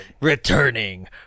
Returning